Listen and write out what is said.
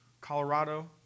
Colorado